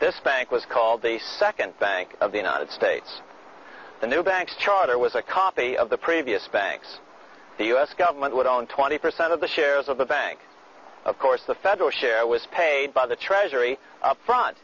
this bank was called the second fact of the united states the new banks charter was a copy of the previous banks the us government would own twenty percent of the shares of the bank of course the federal share was paid by the treasury front